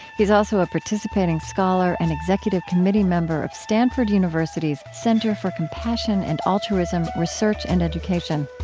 he is also a participating scholar and executive committee member of stanford university's center for compassion and altruism research and education